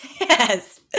Yes